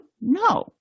no